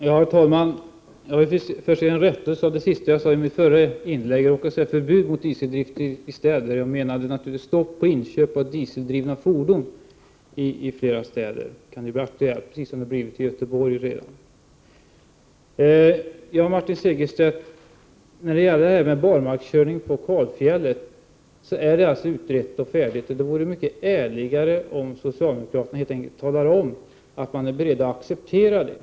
Herr talman! Jag vill först göra en rättelse av vad jag sade i mitt förra inlägg. Jag råkade säga förbud mot dieseldrift i städer — jag menade naturligtvis stopp för inköp av dieseldrivna fordon. Det kan bli aktuellt i flera städer, precis som det redan blivit i Göteborg. Så till Martin Segerstedt. Frågan om barmarkskörning på kalfjäll är faktiskt utredd och färdig. Det vore mycket ärligare om socialdemokraterna helt enkelt talade om att man är beredd att acceptera det.